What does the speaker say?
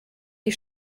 die